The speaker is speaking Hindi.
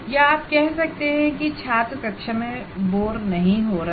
या आप कह सकते हैं की छात्र कक्षा में बोर नहीं हो रहा